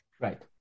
Right